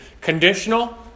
conditional